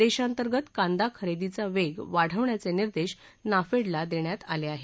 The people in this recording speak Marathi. देशांतर्गत कांदा खरेदीचा वेग वाढवण्याचे निर्देश नाफेडला देण्यात आले आहेत